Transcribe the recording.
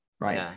right